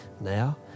Now